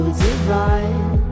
divine